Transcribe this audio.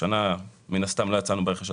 השנה מן הסתם לא יצאנו ברכש.